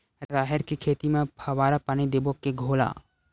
राहेर के खेती म फवारा पानी देबो के घोला?